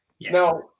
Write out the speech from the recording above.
Now